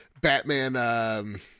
Batman